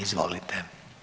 Izvolite.